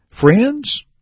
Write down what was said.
Friends